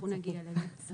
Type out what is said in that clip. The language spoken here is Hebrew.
אנחנו נגיע לזה.